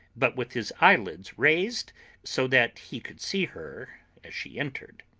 but with his eyelids raised so that he could see her as she entered.